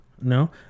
No